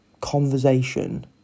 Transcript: conversation